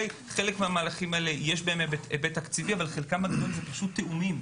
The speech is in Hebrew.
בחלק מהמהלכים האלה יש היבט תקציבי אבל חלקם זה פשוט תיאומים.